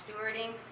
stewarding